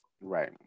Right